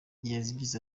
yagize